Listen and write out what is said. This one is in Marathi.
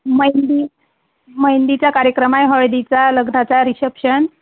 मेंदी महेंदीचा कार्यक्रम आहे हळदीचा लग्नाचा रिशेप्शन